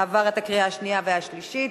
עברה בקריאה שנייה ושלישית,